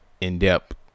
in-depth